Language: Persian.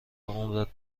عمرت